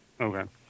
Okay